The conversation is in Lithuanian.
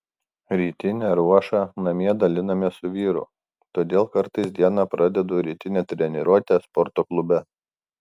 rytinę ruošą namie dalinamės su vyru todėl kartais dieną pradedu rytine treniruote sporto klube